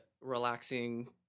relaxing